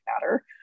matter